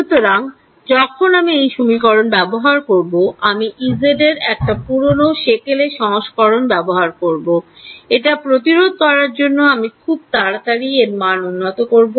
সুতরাং যখন আমি এই সমীকরণ ব্যবহার করতে যাব আমি Ez এর একটা পুরনো সেকেলে সংস্করণ ব্যবহার করব এটা প্রতিরোধ করার জন্য আমি খুব তাড়াতাড়ি এর মান উন্নত করবো